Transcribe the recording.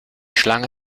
schlange